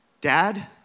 Dad